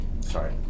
Sorry